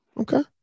Okay